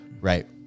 Right